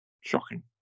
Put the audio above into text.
Shocking